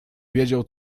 wiedział